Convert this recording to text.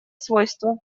свойства